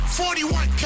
41